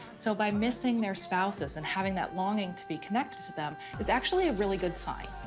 so by missing their spouses and having that longing to be connected to them is actually a really good sign.